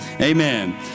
Amen